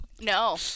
No